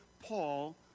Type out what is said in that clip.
Paul